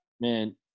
Man